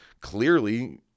Clearly